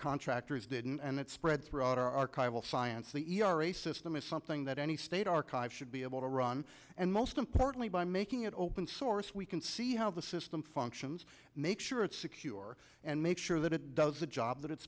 contractors did and it spread throughout our archival science the e r a system is something that any state archives should be able to run and most importantly by making it open source we can see how the system functions make sure it's secure and make sure that it does the job that it's